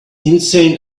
insane